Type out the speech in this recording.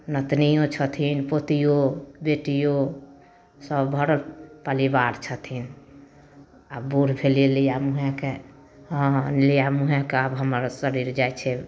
नतनिओ छथिन पोतिओ बेटिओ सभ भरल परिवार छथिन आब बूढ़ भेली अपनेके लिहेँके हमर शरीर जाइ छै